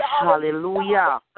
Hallelujah